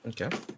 Okay